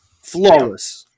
Flawless